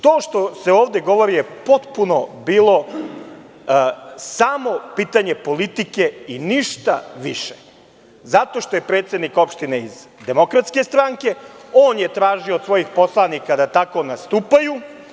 To što se ovde govori je potpuno bilo samo pitanje politike i ništa više, zato što je predsednik opštine iz DS, on je tražio od svojih poslanika da tako nastupaju.